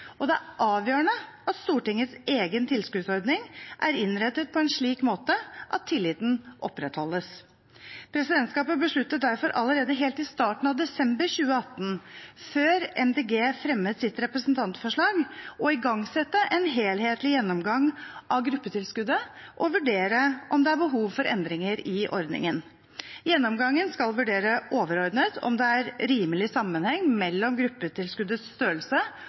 og det er avgjørende at Stortingets egen tilskuddsordning er innrettet på en slik måte at tilliten opprettholdes. Presidentskapet besluttet derfor allerede helt i starten av desember 2018, før Miljøpartiet De Grønne fremmet sitt representantforslag, å igangsette en helhetlig gjennomgang av gruppetilskuddet og vurdere om det er behov for endringer i ordningen. Gjennomgangen skal vurdere, overordnet, om det er rimelig sammenheng mellom gruppetilskuddets størrelse